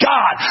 God